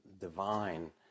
divine